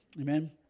Amen